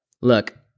Look